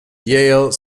yale